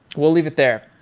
we'll leave it there.